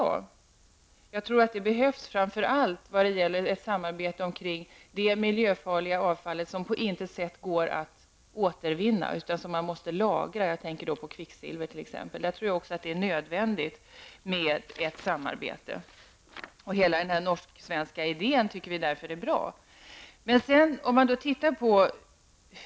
Jag tror framför allt att det behövs för att man skall kunna samarbeta omkring de problem som gäller de miljöfarliga avfall som på intet sätt går att återvinna utan måste lagras. Jag tänker på kvicksilver, t.ex. Jag tror att det är nödvändigt med ett samarbete. Därför tycker vi att den norsksvenska idén är bra.